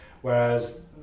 Whereas